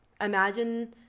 imagine